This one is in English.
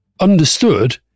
understood